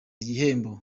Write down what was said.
igihembo